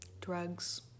drugs